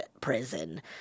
prison